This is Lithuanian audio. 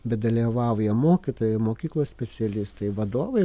bet dalyvauja mokytojai mokyklos specialistai vadovai